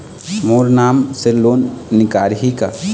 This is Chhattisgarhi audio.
मोर नाम से लोन निकारिही का?